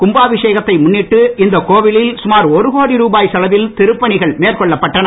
கும்பாபிஷேகத்தை முன்னிட்டு இந்தக் கோவிலில் சுமார் ஒரு கோடி ருபாய் செலவில் திருப்பணிகள் மேற்கொள்ளப்பட்டன